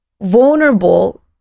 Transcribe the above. vulnerable